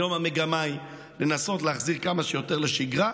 היום המגמה היא לנסות להחזיר כמה שיותר לשגרה.